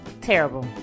Terrible